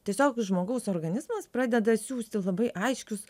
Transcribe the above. tiesiog žmogaus organizmas pradeda siųsti labai aiškius